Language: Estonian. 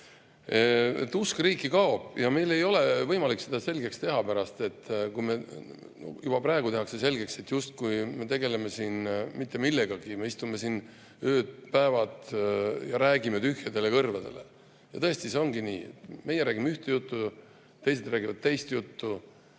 Usk riiki kaob ja meil ei ole pärast võimalik seda selgeks teha, kui juba praegu [arvatakse], justkui me tegeleme siin mitte millegagi. Me istume siin ööd ja päevad ja räägime tühjadele kõrvadele. Tõesti, see ongi nii, meie räägime ühte juttu, teised räägivad teist juttu.